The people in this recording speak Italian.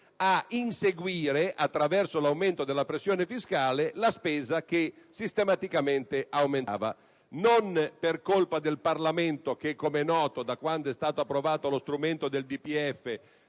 ad inseguire, attraverso l'aumento della pressione fiscale, la spesa che sistematicamente aumentava. Ciò non certo per colpa del Parlamento, che, com'è noto, da quando è stato approvato lo strumento del